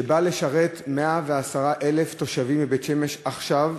שבא לשרת 110,000 תושבים בבית-שמש עכשיו,